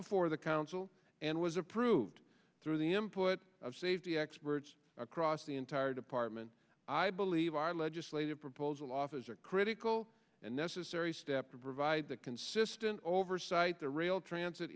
before the council and was approved through the input of safety experts across the entire department i believe our legislative proposal offers are critical and necessary step to provide the consistent oversight the rail transit